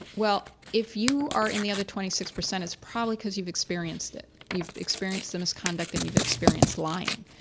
well, if you are in the other twenty six percent is probably because you've experienced it, you've experienced the misconduct and you've experienced lying,